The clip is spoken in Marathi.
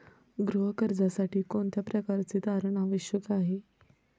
गृह कर्जासाठी कोणत्या प्रकारचे तारण आवश्यक आहे?